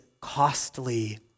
costly